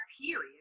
period